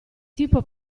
tipo